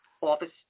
Office